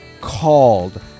called